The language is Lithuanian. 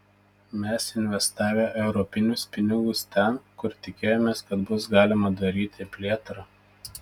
mes investavę europinius pinigus ten kur tikėjomės kad bus galima daryti plėtrą